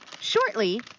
shortly